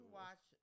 watch